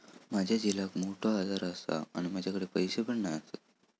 माझ्या झिलाक मोठो आजार आसा आणि माझ्याकडे पैसे पण नाय आसत